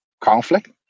conflict